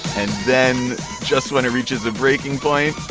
and then just when it reaches a breaking point.